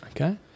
Okay